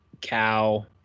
Cow